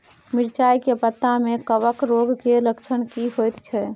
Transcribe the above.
मिर्चाय के पत्ता में कवक रोग के लक्षण की होयत छै?